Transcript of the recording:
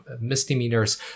misdemeanors